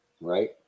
Right